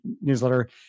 newsletter